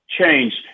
changed